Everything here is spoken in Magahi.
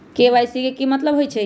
के.वाई.सी के कि मतलब होइछइ?